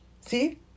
See